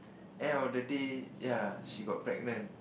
end of the day ya she got pregnant